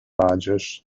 largest